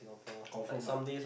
confirm ah